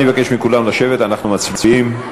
אני מבקש מכולם לשבת, אנחנו מצביעים.